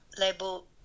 label